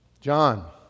John